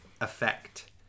effect